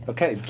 Okay